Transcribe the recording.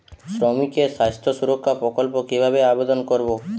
শ্রমিকের স্বাস্থ্য সুরক্ষা প্রকল্প কিভাবে আবেদন করবো?